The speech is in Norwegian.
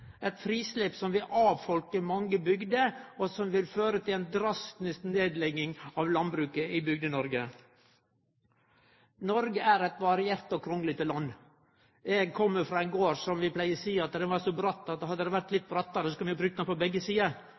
eit frislepp som vil avfolke mange bygder, og som vil føre til ei drastisk nedlegging av landbruket i Bygde-Noreg. Noreg er eit variert og kronglete land. Eg kjem frå ein gard der vi pleier å seie at det er så bratt at hadde det vore litt brattare, kunne vi ha brukt han på begge sider.